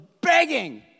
begging